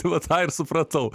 tai va tą ir supratau